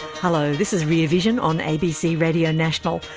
hello, this is rear vision on abc radio national.